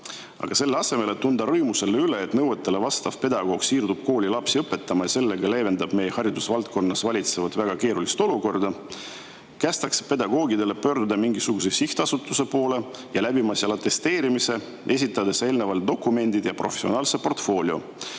Selle asemel, et tunda rõõmu, et nõuetele vastav pedagoog siirdub kooli lapsi õpetama ja sellega leevendab meie haridusvaldkonnas valitsevat väga keerulist olukorda, kästakse aga pedagoogil pöörduda mingisuguse sihtasutuse poole ja seal läbida atesteerimine, esitades eelnevalt dokumendid ja professionaalse portfoolio.